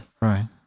Right